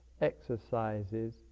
exercises